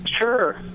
Sure